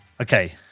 Okay